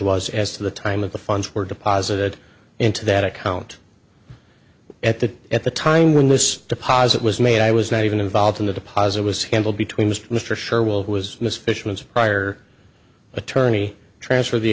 was as to the time of the funds were deposited into that account at the at the time when this deposit was made i was not even involved in the deposit was handled between mr mr sure will was miss fishman's prior attorney transferred the